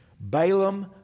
Balaam